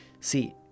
See